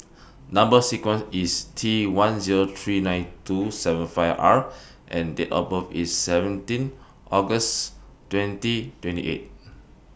Number sequence IS T one Zero three nine two seven five R and Date of birth IS seventeen August twenty twenty eight